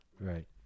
right